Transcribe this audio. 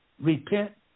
Repent